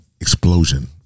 explosion